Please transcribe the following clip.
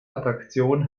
attraktion